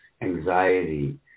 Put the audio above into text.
anxiety